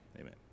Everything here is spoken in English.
Amen